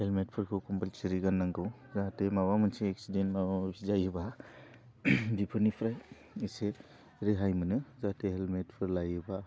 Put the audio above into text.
हेलमेटफोरखौ खम्पलसारि गाननांगौ जाहाते माबा मोनसे एक्सिदेन्ट माबा मोनसे जायोबा बिफोरनिफ्राय एसे रेहाय मोनो जाहाते हेलमेटफोर लायोबा